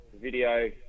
video